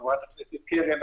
וחברת הכנסת קרן,